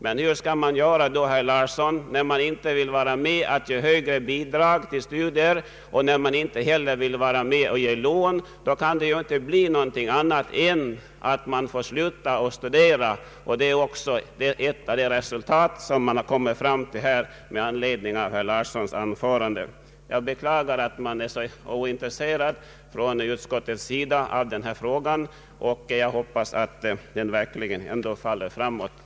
Men hur skall man göra då, herr Larsson, när man inte vill vara med om att ge högre bidrag till studier och inte heller vill vara med om att ge lån? Då kan det inte bli någon annan utväg än att vederbörande får sluta att studera. Det är en av de slutsatser som man drar av herr Larssons anförande. Jag beklagar att utskottet är så ointresserat av denna fråga men hoppas att den ändå faller framåt.